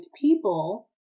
people